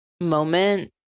moment